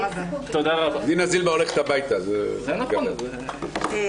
הישיבה ננעלה בשעה 11:58.